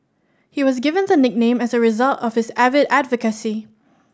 he was given the nickname as a result of his avid advocacy